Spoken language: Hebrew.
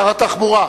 שר התחבורה.